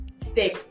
step